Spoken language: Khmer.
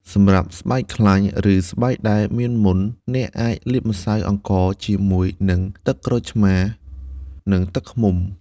សម្រាប់ស្បែកខ្លាញ់ ឬស្បែកដែលមានមុន អ្នកអាចលាយម្សៅអង្ករជាមួយនឹងទឹកក្រូចឆ្មារ និងទឹកឃ្មុំ។